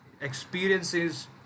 experiences